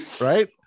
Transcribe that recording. right